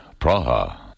Praha